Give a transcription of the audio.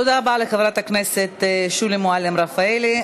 תודה רבה לחברת הכנסת שולי מועלם-רפאלי.